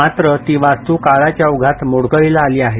मात्र ती वास्तू काळाच्या ओघात मोडकळीला आली आहे